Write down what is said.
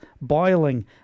boiling